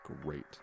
great